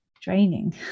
draining